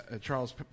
Charles